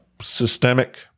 systemic